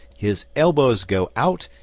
his elbows go out,